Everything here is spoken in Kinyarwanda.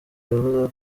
yavuze